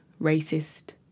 racist